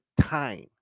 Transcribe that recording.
time